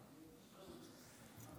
בבקשה.